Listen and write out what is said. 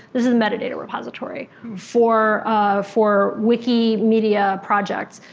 this is and repository for for wikimedia projects.